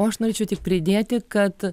o aš norėčiau tik pridėti kad